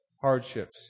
hardships